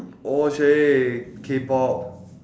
oh !chey! K-pop